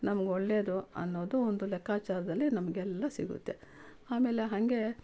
ನಮ್ಗೆಒಳ್ಳೇದು ಅನ್ನೋದು ಒಂದು ಲೆಕ್ಕಚಾರದಲ್ಲಿ ನಮಗೆಲ್ಲ ಸಿಗುತ್ತೆ ಆಮೇಲೆ ಹಾಗೆ